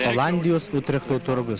olandijos utrechto turgus